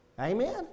Amen